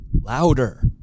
louder